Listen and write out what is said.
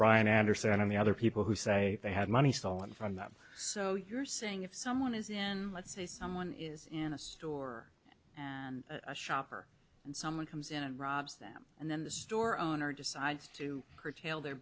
brian anderson on the other people who say they had money stolen from them so you're saying if someone is in let's say someone is in a store a shopper and someone comes in and robs them and then the store owner decides to curtail their